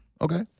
Okay